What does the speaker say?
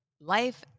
life